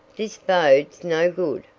this bodes no good,